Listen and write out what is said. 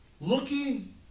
Looking